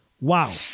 Wow